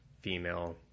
female